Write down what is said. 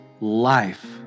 life